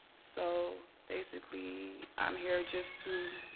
so basically i'm here just to